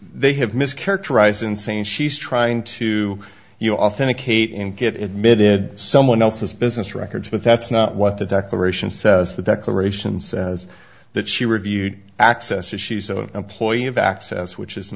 they have mischaracterized insane she's trying to you authenticate and get it mitt in someone else's business records but that's not what the declaration says the declaration says that she reviewed access if she's an employee of access which is